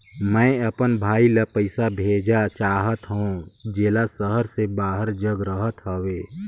मैं अपन भाई ल पइसा भेजा चाहत हों, जेला शहर से बाहर जग रहत हवे